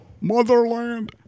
Motherland